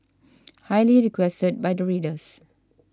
highly requested by the readers